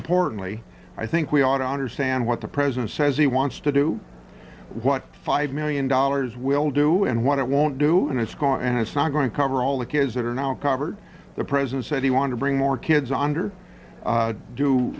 importantly i think we ought to understand what the president says he wants to do what five million dollars will do and what it won't do and it's gone and it's not going to cover all the kids that are now covered the president said he wanted to bring more kids under